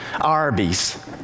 Arby's